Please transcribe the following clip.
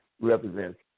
represents